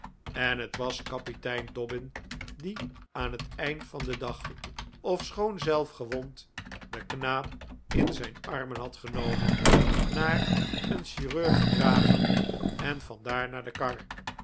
en het was kapitein dobbin die aan het eind van den dag ofschoon zelf gewond den knaap in zijn armen had genomen naar een chirurg gedragen en vandaar naar de kar